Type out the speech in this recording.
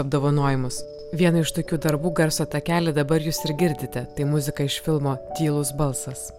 apdovanojimus vieną iš tokių darbų garso takelį dabar jūs ir girdite tai muzika iš filmo tylus balsas